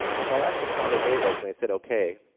if i asked them how their day was and they said ok,